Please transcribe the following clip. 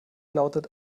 lautet